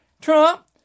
Trump